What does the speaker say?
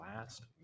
last